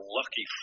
lucky